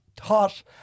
hot